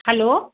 hello